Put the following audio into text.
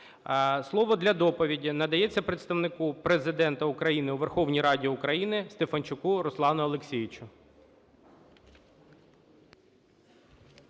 Слово для доповіді надається Представнику Президента України у Верховній Раді України Стефанчуку Руслану Олексійовичу.